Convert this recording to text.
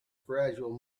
gradual